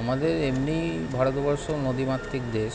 আমাদের এমনিই ভারতবর্ষ নদীমাতৃক দেশ